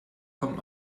kommt